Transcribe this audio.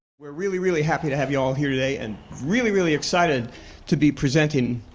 we're really, really happy to have you all here today and really, really excited to be presenting